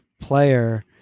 player